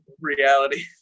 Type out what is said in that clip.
reality